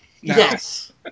Yes